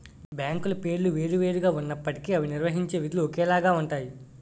బ్యాంకుల పేర్లు వేరు వేరు గా ఉన్నప్పటికీ అవి నిర్వహించే విధులు ఒకేలాగా ఉంటాయి